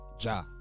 Ja